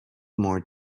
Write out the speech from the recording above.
more